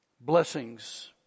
Blessings